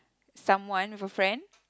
someone with a friend